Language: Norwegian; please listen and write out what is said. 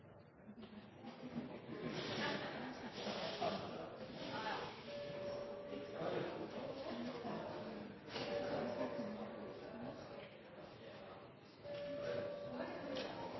jeg skal